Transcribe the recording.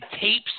tapes